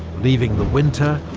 leaving the winter,